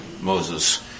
Moses